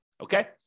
okay